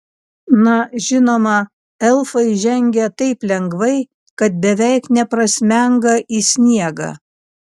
na žinoma elfai žengia taip lengvai kad beveik neprasmenga į sniegą